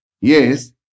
Yes